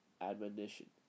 admonition